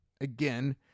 again